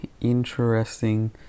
interesting